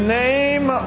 name